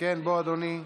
בוא, אדוני.